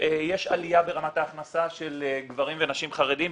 יש עלייה ברמת ההכנסה של גברים ונשים חרדים,